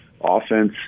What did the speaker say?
offense